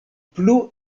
plu